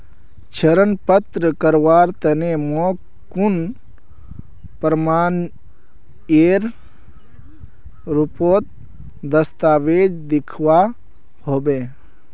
ऋण प्राप्त करवार तने मोक कुन प्रमाणएर रुपोत दस्तावेज दिखवा होबे?